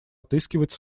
отыскивать